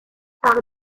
par